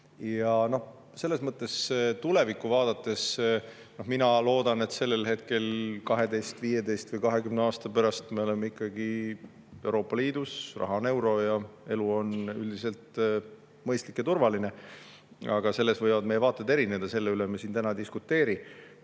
Selles mõttes tulevikku vaadates mina loodan, et sellel hetkel, 12, 15 või 20 aasta pärast me oleme ikkagi Euroopa Liidus, raha on euro ja elu on üldiselt mõistlik ja turvaline. Aga selles võivad meie vaated erineda, selle üle me siin täna ei diskuteeri. Ja